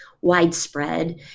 widespread